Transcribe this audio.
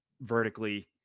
vertically